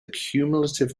cumulative